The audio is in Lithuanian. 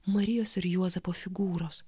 marijos ir juozapo figūros